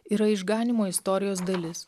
yra išganymo istorijos dalis